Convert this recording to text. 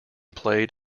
played